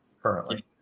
currently